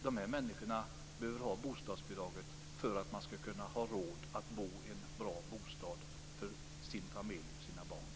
Dessa människor behöver bostadsbidraget för att de ska ha råd att bo i en bra bostad med sin familj och sina barn.